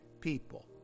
people